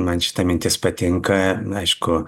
man šita mintis patinka aišku